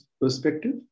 perspective